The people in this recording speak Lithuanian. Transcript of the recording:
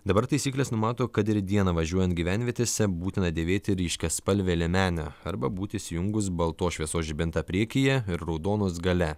dabar taisyklės numato kad ir dieną važiuojant gyvenvietėse būtina dėvėti ryškiaspalvę liemenę arba būti įsijungus baltos šviesos žibintą priekyje ir raudonos gale